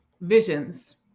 visions